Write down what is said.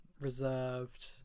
Reserved